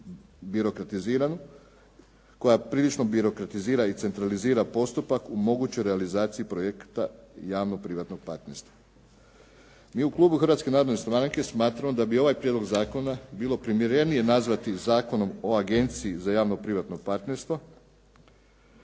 koja prilično birokratizira i centralizira postupak u mogućoj realizaciji projekata javno-privatnog partnerstva. Mi u klubu Hrvatske narodne stranke smatramo da bi ovaj prijedlog zakona bilo primjerenije nazvati zakonom o agenciji za javno-privatno partnerstvo.